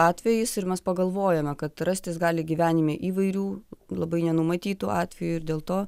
atvejis ir mes pagalvojome kad rastis gali gyvenime įvairių labai nenumatytų atvejų ir dėl to